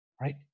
right